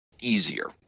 easier